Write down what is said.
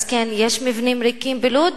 אז כן, יש מבנים ריקים בלוד.